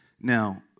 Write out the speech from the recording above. now